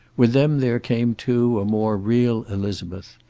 with them there came, too, a more real elizabeth,